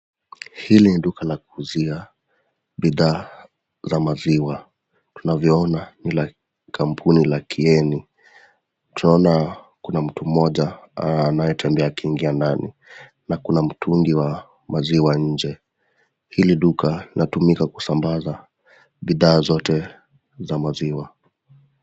Hili ni duka la kuuzia bidhaa za maziwa. Tunavyoona ni la kampuni la Kieni. Tunaona kuna mtu mmoja anayetembea kuingia ndani na kuna mtungi wa maziwa nje. Hili duka latumika kusambaza bidhaa zote za maziwa.